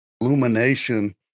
illumination